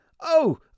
Oh